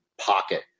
pocket